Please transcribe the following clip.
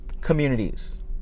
communities